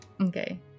Okay